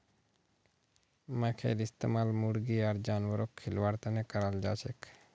मखईर इस्तमाल मुर्गी आर जानवरक खिलव्वार तने कराल जाछेक